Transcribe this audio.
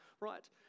right